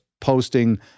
posting